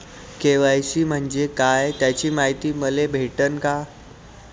KYC म्हंजे काय त्याची मायती मले भेटन का?